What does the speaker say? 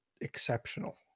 exceptional